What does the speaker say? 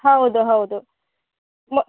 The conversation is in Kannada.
ಹೌದು ಹೌದು ಮ್